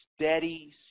Steady